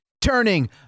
turning